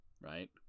right